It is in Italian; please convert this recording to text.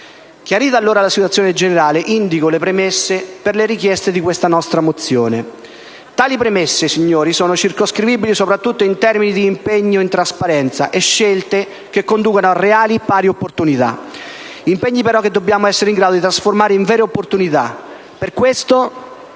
Chiarita allora la situazione generale, indico le premesse per le richieste di questa mozione. Tali premesse sono circoscrivibili soprattutto in termini di impegno in trasparenza e scelte che conducano a reali, pari opportunità. Impegni però che dobbiamo essere in grado di trasformare in vere opportunità. Per questo,